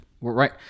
Right